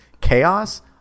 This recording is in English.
chaos